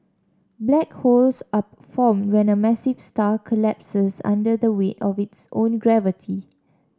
black holes are formed when a massive star collapses under the weight of its own gravity